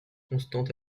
constantes